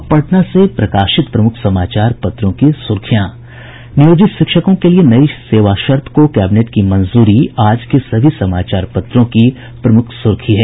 अब पटना से प्रकाशित प्रमुख समाचार पत्रों की सुर्खियां नियोजित शिक्षकों के लिए नयी सेवा शर्त को कैबिनेट की मंजूरी आज के सभी समाचार पत्रों की प्रमुख सुर्खी है